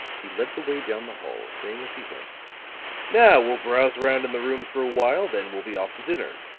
he led the way down the hall, saying as he went now we'll browse around in the rooms for a while then we'll be off to dinner.